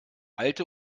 alte